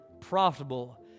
profitable